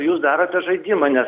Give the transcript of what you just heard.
jūs darote žaidimą nes